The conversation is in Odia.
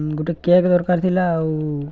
ଗୋଟେ କେକ୍ ଦରକାର ଥିଲା ଆଉ